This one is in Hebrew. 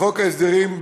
בחוק ההסדרים,